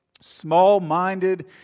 Small-minded